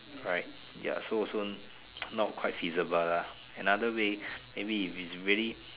alright ya so so not quite feasible lah another way maybe if it's really